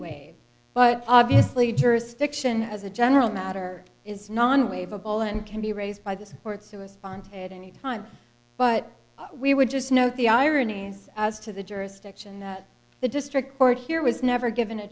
way but obviously jurisdiction as a general matter is non waive a ball and can be raised by the sports it was fun at any time but we would just note the ironies as to the jurisdiction that the district court here was never given a